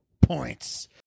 points